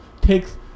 ...takes